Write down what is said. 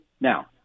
now